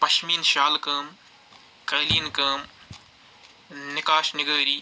پَشمیٖن شالہٕ کٲم قٲلیٖن کٲم نِقاش نِگٲری